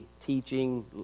teaching